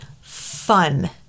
fun